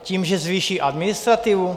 Tím, že zvýší administrativu?